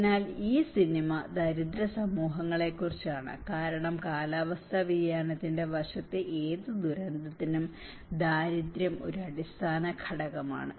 അതിനാൽ ഈ സിനിമ ദരിദ്ര സമൂഹങ്ങളെക്കുറിച്ചാണ് കാരണം കാലാവസ്ഥാ വ്യതിയാനത്തിന്റെ വശത്തെ ഏത് ദുരന്തത്തിനും ദാരിദ്ര്യം ഒരു അടിസ്ഥാന ഘടകമാണ്